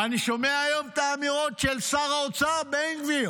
ואני שומע היום את האמירות של שר האוצר סמוטריץ'.